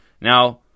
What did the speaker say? Now